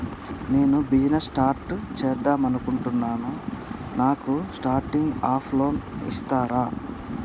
నేను business start చేద్దామనుకుంటున్నాను నాకు స్టార్టింగ్ అప్ లోన్ ఇస్తారా?